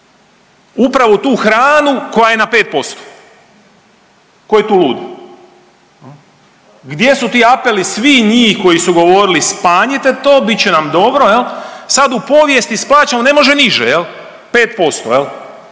upravo tu hranu koja je na 5%. Tko je tu lud? Gdje su ti apeli svih njih koji su govorili smanjite to, bit će nam dobro. Sad u povijesti …/Govornik se ne